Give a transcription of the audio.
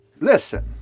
listen